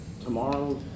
tomorrow